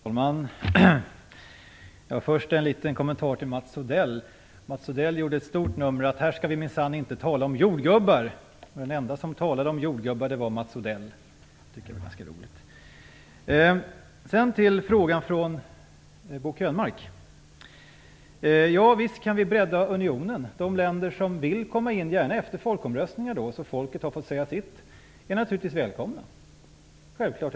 Herr talman! Först en liten kommentar till Mats Odell. Han sade att vi minsann inte skulle tala om jordgubbar här och gjorde ett stort nummer av det. Den ende som talade om jordgubbar var Mats Odell. Det tycker jag var ganska roligt. Sedan till frågan från Bo Könberg. Visst kan vi bredda unionen. De länder som vill komma in är naturligtvis välkomna, gärna efter folkomröstning, så att folket har fått säga sitt.